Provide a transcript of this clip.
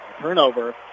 turnover